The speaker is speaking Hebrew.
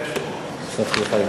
5,600. הוספתי לך יותר מדקה.